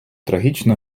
трагічно